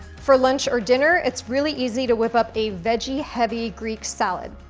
for lunch or dinner, it's really easy to whip up the veggie heavy greek salad.